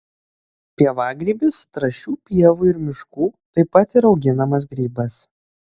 pievagrybis trąšių pievų ir miškų taip pat ir auginamas grybas